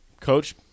coach